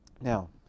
Now